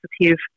positive